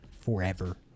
forever